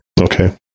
Okay